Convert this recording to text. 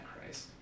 Christ